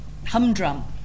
Humdrum